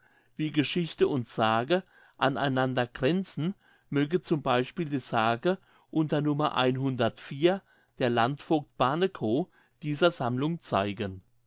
wie geschichte und sage an einander grenzen möge z b die sage unter nr der landvogt barnekow dieser sammlung zeigen